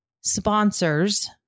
sponsors